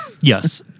Yes